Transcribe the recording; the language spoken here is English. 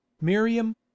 MIRIAM